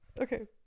Okay